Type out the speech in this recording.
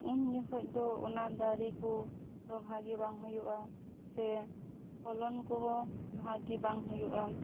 ᱩᱱᱡᱚᱠᱷᱚᱡ ᱫᱚ ᱚᱱᱟ ᱫᱟᱨᱤ ᱠᱚ ᱫᱚ ᱵᱷᱟᱜᱤ ᱵᱟᱝ ᱦᱩᱭᱩᱜᱼᱟ ᱥᱮ ᱯᱷᱚᱞᱚᱱ ᱠᱚᱦᱚᱸ ᱵᱷᱟᱜᱮ ᱵᱟᱝ ᱦᱩᱭᱩᱜᱼᱟ